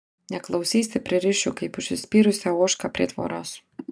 neklausysi pririšiu kaip užsispyrusią ožką prie tvoros